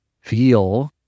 feel